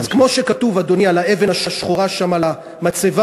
וכמו שכתוב על האבן השחורה על המצבה